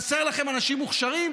חסרים לכם אנשים מוכשרים?